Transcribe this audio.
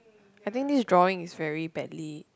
I think this drawing is very badly